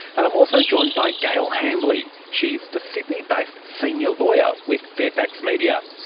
and i'm also joined by gail hambly. she's the sydney-based senior lawyer with fairfax media.